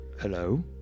hello